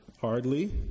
Hardly